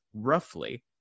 roughly